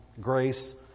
grace